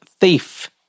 thief